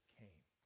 came